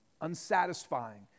unsatisfying